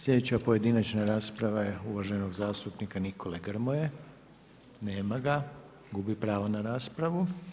Slijedeća pojedinačna rasprava je uvaženog zastupnika Nikole Grmoje, nema ga, gubi pravo na raspravu.